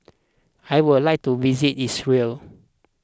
I would like to visit Israel